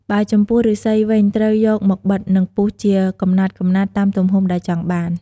បើចំពោះ ឫស្សីវិញត្រូវយកមកបិត និងពុះជាកំណាត់ៗតាមទំហំដែលចង់បាន។